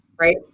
right